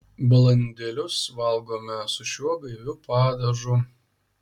balandėlius valgome su šiuo gaiviu padažu